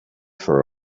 for